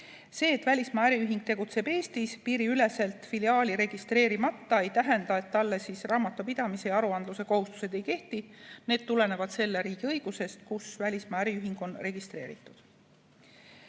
See, et välismaa äriühing tegutseb Eestis piiriüleselt, filiaali registreerimata, ei tähenda, et tema kohta raamatupidamise ja aruandluse kohustused ei kehti. Need tulenevad selle riigi õigusest, kus välismaa äriühing on registreeritud.